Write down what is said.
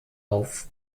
auf